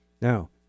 Now